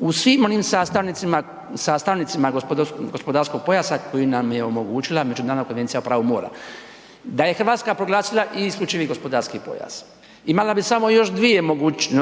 u svim onim sastavnicama gospodarskog pojasa koji nam je omogućila Međunarodna konvencija o pravu mora. Da je Hrvatska proglasila i isključivi gospodarski pojas, imala bi samo još dvije